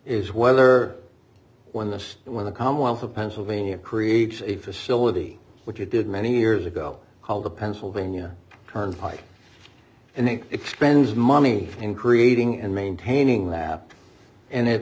is whether when this when the commonwealth of pennsylvania creates a facility which it did many years ago called the pennsylvania turnpike and it spends money in creating and maintaining that and it